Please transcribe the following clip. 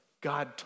God